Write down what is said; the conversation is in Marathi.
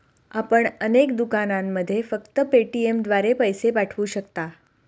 आपण अनेक दुकानांमध्ये फक्त पेटीएमद्वारे पैसे पाठवू शकता